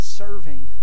serving